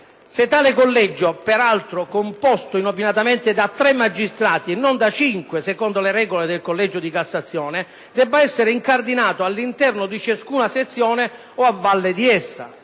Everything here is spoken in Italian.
se tale collegio (peraltro composto inopinatamente da tre magistrati e non da cinque, secondo le regole del collegio di Cassazione) debba essere incardinato all’interno di ciascuna sezione o «a valle» di esse;